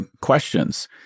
questions